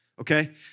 okay